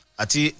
ati